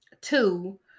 Two